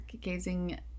gazing